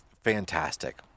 fantastic